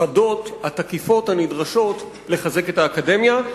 החדות, התקיפות, הנדרשות לחזק את האקדמיה.